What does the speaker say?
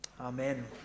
Amen